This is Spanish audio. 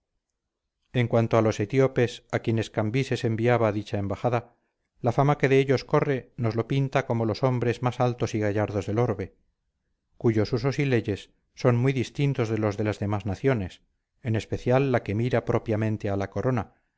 en cuanto a los etíopes a quienes cambises enviaba dicha embajada la fama que de ellos corre nos los pinta como los hombres más altos y gallardos del orbe cuyos usos y leyes son muy distintos de los de las demás naciones en especial la que mira propiamente a la corona